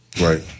Right